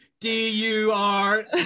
D-U-R